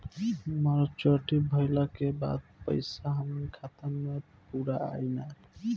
Maturity भईला के बाद पईसा हमरे खाता म पूरा आई न?